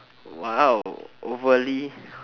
!wow! overly